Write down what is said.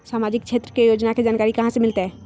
सामाजिक क्षेत्र के योजना के जानकारी कहाँ से मिलतै?